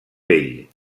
vell